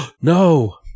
no